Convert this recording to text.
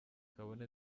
kabone